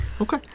Okay